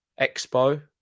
expo